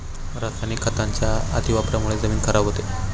रासायनिक खतांच्या अतिवापरामुळे जमीन खराब होते